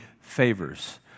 favors